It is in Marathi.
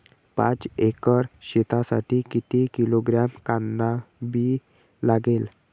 पाच एकर शेतासाठी किती किलोग्रॅम कांदा बी लागेल?